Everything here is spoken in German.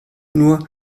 nur